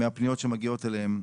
מהפניות שמגיעות אליהם.